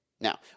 Now